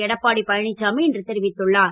Edappadi Palaniswami இன்று தெரிவித்துள்ளார்